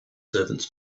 servants